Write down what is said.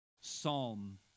psalm